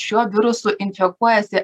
šiuo virusu infekuojasi